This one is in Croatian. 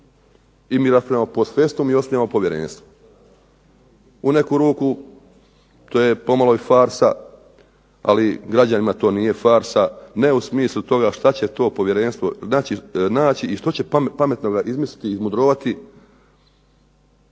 I mi raspravljamo post festum i osnivamo povjerenstva. U neku ruku to je pomalo i farsa, ali građanima to nije farsa ne u smislu toga što će to povjerenstvo naći i što će pametnoga izmisliti i izmudrovati